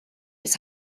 its